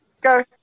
Go